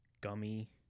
gummy